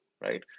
right